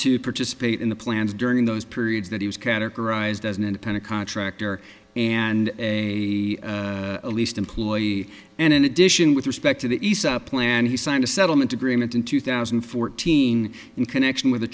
to participate in the plans during those periods that he was categorized as an independent contractor and a least employee and in addition with respect to the east plan he signed a settlement agreement in two thousand and fourteen in connection with